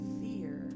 fear